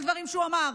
על דברים שהוא אמר,